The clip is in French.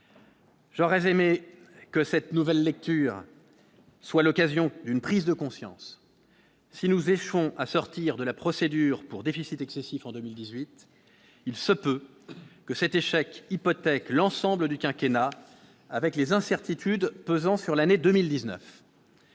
J'aurais aimé que cette nouvelle lecture soit l'occasion d'une prise de conscience, si nous échouons à sortir de la procédure pour déficit excessif en 2018, il se peut que cet échec hypothèque l'ensemble du quinquennat avec les incertitudes pesant sur l'année 2019,